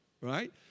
Right